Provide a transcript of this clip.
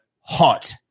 hot